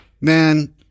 man